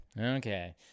Okay